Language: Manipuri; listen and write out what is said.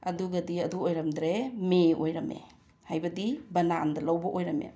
ꯑꯗꯨꯒꯗꯤ ꯑꯗꯨ ꯑꯣꯏꯔꯝꯗ꯭ꯔꯦ ꯃꯦ ꯑꯣꯏꯔꯝꯃꯦ ꯍꯥꯏꯕꯗꯤ ꯕꯅꯥꯟꯗ ꯂꯧꯕ ꯑꯣꯏꯔꯝꯃꯦ